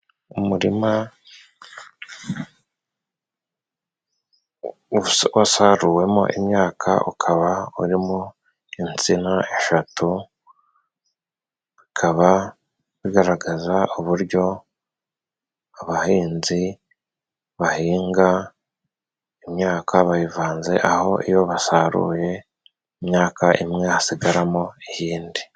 Umurima wasaruwemo imyaka, ukaba urimo insina eshatu, akaba bigaragaza uburyo abahinzi bahinga imyaka bayivanze, aho iyo basaruye imyaka imwe hasigaramo iyindi.